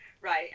right